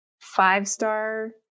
five-star